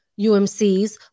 UMCs